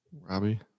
Robbie